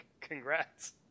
congrats